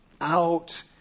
out